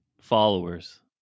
followers